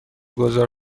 گذار